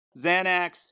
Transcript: Xanax